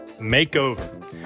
Makeover